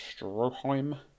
Stroheim